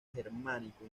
germánico